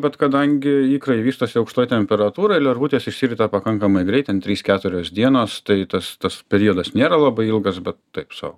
bet kadangi ikrai vystosi aukštoj temperatūroj lervutės išsirita pakankamai greit ten trys keturios dienos tai tas tas periodas nėra labai ilgas bet taip sau